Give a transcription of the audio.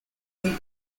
that